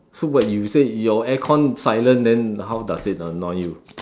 so what you said your aircon silent then how does it annoy you